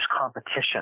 competition